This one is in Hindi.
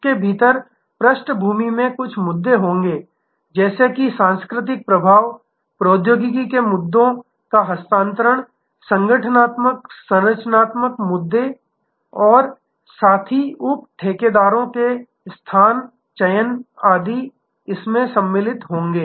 इसके भीतर पृष्ठभूमि में कुछ मुद्दे होंगे जैसे कि सांस्कृतिक प्रभाव प्रौद्योगिकी के मुद्दों के हस्तांतरण संगठनात्मक संरचनात्मक मुद्दे और साथी उप ठेकेदारों के स्थान चयन आदि होंगे